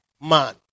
man